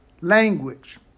language